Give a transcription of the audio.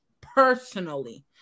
Personally